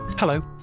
Hello